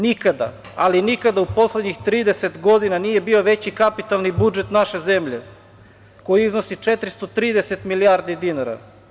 Nikada, ali nikada u poslednjih 30 godina nije bio veći kapitalni budžet naše zemlje koji iznosi 430 milijardi dinara.